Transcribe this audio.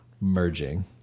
merging